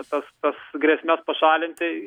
visas tas grėsmes pašalinti